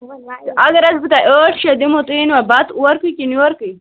اگر حظ بہٕ تۄہہِ ٲٹھ شیٚتھ دِمہو تُہۍ أنوا بَتہٕ اورکُے کِنہ یورکُے